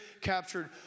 captured